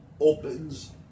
opens